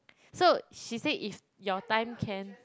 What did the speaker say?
so she said if your time can